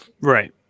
Right